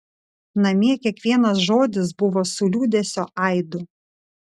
namie kiekvienas žodis buvo su liūdesio aidu